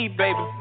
baby